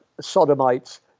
sodomites